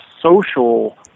social